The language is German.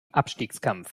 abstiegskampf